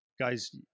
guys